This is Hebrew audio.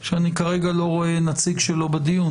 שכרגע אני לא רואה נציג שלו בדיון.